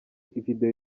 video